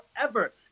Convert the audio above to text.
forever